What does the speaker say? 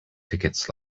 tickets